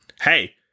hey